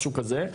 משהו כזה.